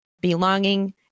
belonging